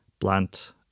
plant